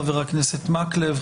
חבר הכנסת מקלב,